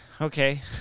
okay